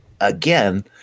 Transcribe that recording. again